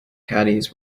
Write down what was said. caddies